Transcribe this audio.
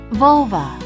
vulva